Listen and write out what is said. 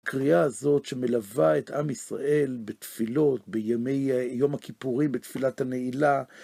קריאה הזאת שמלווה את עם ישראל בתפילות בימי... יום הכיפורים, בתפילת הנעילה.